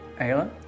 Ayla